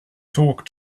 talk